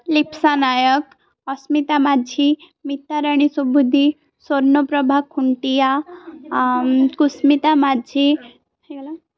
ଲିପ୍ସା ନାୟକ ଅସ୍ମିତା ମାଝି ମିିତାରାଣୀ ସୁବୁଦ୍ଧି ସ୍ଵର୍ଣ୍ଣପ୍ରଭା ଖୁଣ୍ଟିଆ କୁସ୍ମିତା ମାଝି ହେଇଗଲା